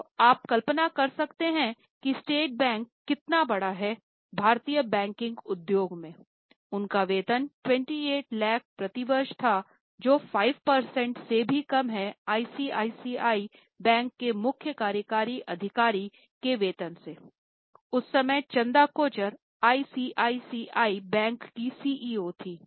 तो आप कल्पना कर सकते हैं स्टेट बैंक कितना बड़ा हैं भारतीय बैंकिंग उद्योग में उनका वेतन 28 लाख प्रतिवर्ष था जो 5 प्रतिशत से भी कम है आईसीआईसीआई बैंक के मुख्य कार्यकारी अधिकारी के वेतन से उस समय Chanda Kochhar ICICI bank CEO थी